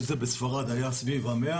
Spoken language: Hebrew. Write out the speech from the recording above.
(באמצעות מצגת) אם בספרד זה היה סביב ה-100,